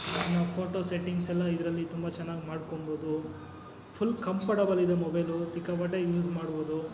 ಇನ್ನು photo settings ಎಲ್ಲ ಇದರಲ್ಲಿ ತುಂಬ ಚೆನ್ನಾಗಿ ಮಾಡ್ಕೊಂಬೋದು ಫುಲ್ ಕಂಫರ್ಟಬಲ್ ಇದೆ ಮೊಬೈಲು ಸಿಕ್ಕಾಪಟ್ಟೆ ಯೂಸ್ ಮಾಡ್ಬೋದು